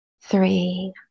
three